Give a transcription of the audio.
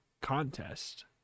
contest